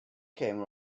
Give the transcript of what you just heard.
came